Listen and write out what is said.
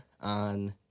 on